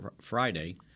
Friday